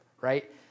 right